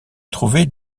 trouver